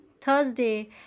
Thursday